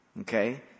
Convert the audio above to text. Okay